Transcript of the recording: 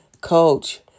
coach